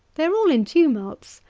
they are all in tumults!